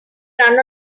run